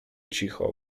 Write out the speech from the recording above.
cicho